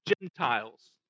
Gentiles